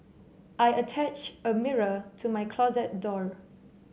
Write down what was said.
I attached a mirror to my closet door